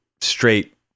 straight